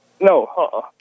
No